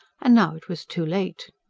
and now it was too late.